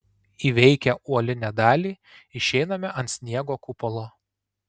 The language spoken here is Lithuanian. įveikę uolinę dalį išeiname ant sniego kupolo